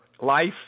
life